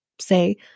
say